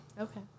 Okay